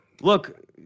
look